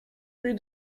rue